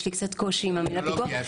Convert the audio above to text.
יש לי קצת קושי עם המילה פיקוח.